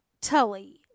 Tully